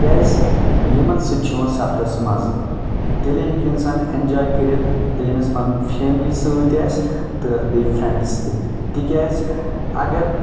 کیٚازِ یِمن سۭتۍ چھُ یِوان سَفرَس مَزٕ تیٚلہِ ہٮ۪کہِ اِنسان ایٚنٛجاے کٔرِتھ ییٚلہِ أمِس پَنٕنۍ فیملی سۭتۍ آسہِ تہٕ بیٚیہِ فریٚنٛڈٕس تہِ تِکیٚازِ اَگر